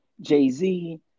Jay-Z